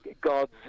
God's